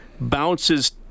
bounces